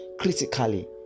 critically